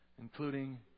including